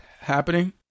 happening